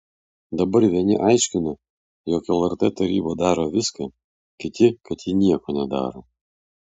dabar vieni aiškina jog lrt taryba daro viską kiti kad ji nieko nedaro